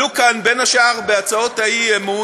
עלתה כאן, בין השאר, בהצעות האי-אמון,